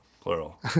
Plural